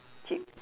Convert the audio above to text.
chips